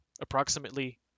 approximately